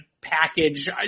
package